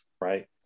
right